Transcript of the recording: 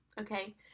okay